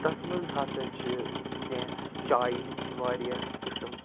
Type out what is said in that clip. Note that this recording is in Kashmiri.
تَتھ منٛز ہَسا چھِ کیٚنٛہہ چایہِ ہنٛدۍ چھِ واریاہ قسٕم